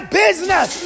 business